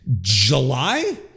July